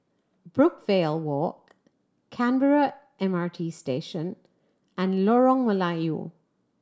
Brookvale Walk Canberra M R T Station and Lorong Melayu